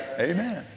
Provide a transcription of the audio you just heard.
Amen